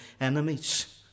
enemies